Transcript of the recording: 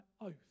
oath